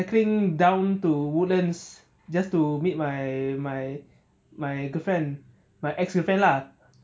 cycling down to woodlands just to meet my my my girlfriend my ex girlfriend lah